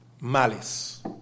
Malice